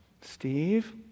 Steve